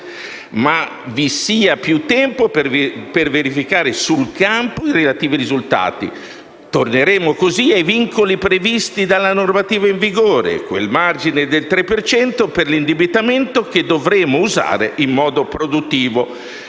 e vi sia più tempo per verificare sul campo i relativi risultati. Torneremmo, così, ai vincoli previsti dalla normativa in vigore, a quel margine del 3 per cento per l'indebitamento che dovremo usare in modo produttivo.